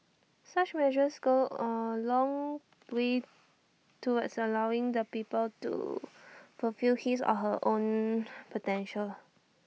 such measures go A long way towards allowing the people to fulfill his or her own potential